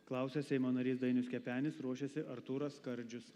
klausia seimo narys dainius kepenis ruošiasi artūras skardžius